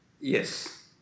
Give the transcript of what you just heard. Yes